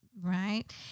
right